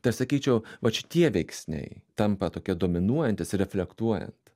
tai aš sakyčiau kad šitie veiksniai tampa tokie dominuojantys reflektuojant